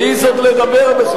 מעז לדבר.